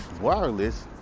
wireless